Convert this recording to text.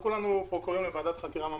כולנו פה קוראים לוועדת חקירה ממלכתית.